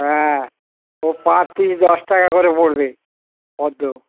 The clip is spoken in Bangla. হ্যাঁ ও পাঁচ পিস দশ টাকা করে পড়বে পদ্ম